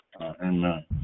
Amen